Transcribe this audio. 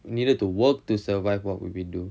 needed to work to survive what would we do